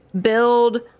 build